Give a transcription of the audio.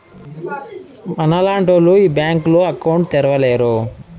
మనలాంటోళ్లు ఈ బ్యాంకులో అకౌంట్ ను తెరవలేరు